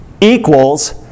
equals